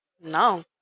no